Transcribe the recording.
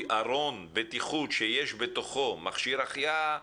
ארון בטיחות שיש בתוכו מכשיר החייאה,